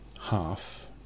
half